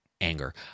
anger